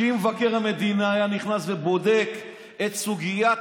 אם מבקר המדינה היה נכנס ובודק את סוגיית